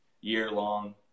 year-long